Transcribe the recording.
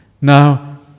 Now